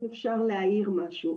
אם אפשר להעיר משהו,